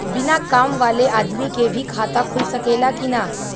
बिना काम वाले आदमी के भी खाता खुल सकेला की ना?